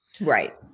Right